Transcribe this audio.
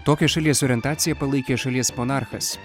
tokią šalies orientaciją palaikė šalies monarchas